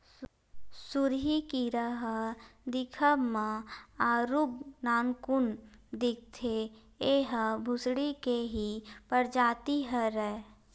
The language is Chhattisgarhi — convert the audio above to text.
सुरही कीरा ह दिखब म आरुग नानकुन दिखथे, ऐहा भूसड़ी के ही परजाति हरय